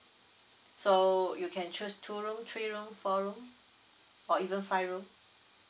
so you can choose two room three room four room or even five room